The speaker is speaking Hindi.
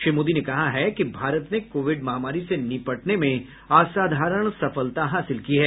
श्री मोदी ने कहा है कि भारत ने कोविड महामारी से निपटने में असाधारण सफलता हासिल की है